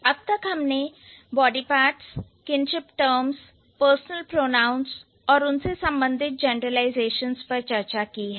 अब तक हमने body parts kinship terms personal pronouns और उनसे संबंधित जनरलाइजेशंस पर चर्चा की है